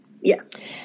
Yes